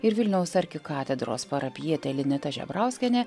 ir vilniaus arkikatedros parapijietė linita žebrauskienė